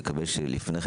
נקווה שלפני כן,